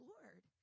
Lord